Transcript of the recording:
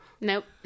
Nope